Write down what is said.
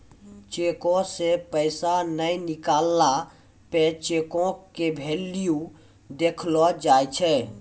चेको से पैसा नै निकलला पे चेको के भेल्यू देखलो जाय छै